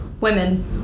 women